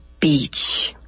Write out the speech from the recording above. beach